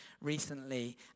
recently